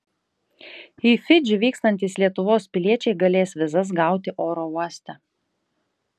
į fidžį vykstantys lietuvos piliečiai galės vizas gauti oro uoste